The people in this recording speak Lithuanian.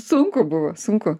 sunku buvo sunku